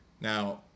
Now